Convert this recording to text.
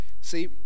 See